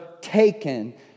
taken